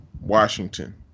Washington